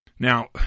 Now